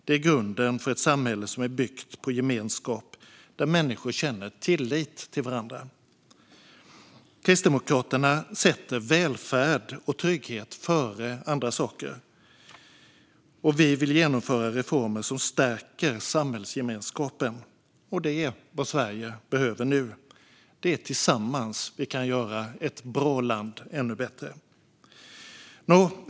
Det är grunden för ett samhälle byggt på gemenskap och där människor känner tillit till varandra. Kristdemokraterna sätter välfärd och trygghet före andra saker. Vi vill genomföra reformer som stärker samhällsgemenskapen, och det är vad Sverige behöver nu. Det är tillsammans vi kan göra ett bra land ännu bättre. Nå!